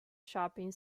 shopping